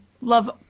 love